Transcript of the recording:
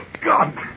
God